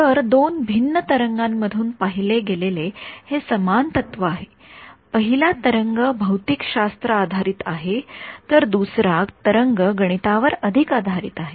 तर दोन भिन्न तरंगां मधून पाहिले गेलेले हे समान तत्व आहे पहिला तरंग भौतिकशास्त्र आधारित आहे तर दुसरा तरंग गणितावर अधिक आधारित आहे